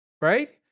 right